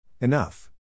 Enough